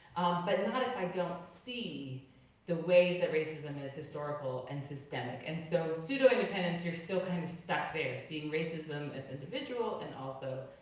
but not if i don't see the ways that racism is historical and systemic. and so pseudo independence, you're still kind of stuck there seeing racism as individual and also